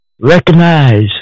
recognize